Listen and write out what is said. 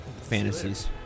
fantasies